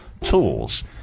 tools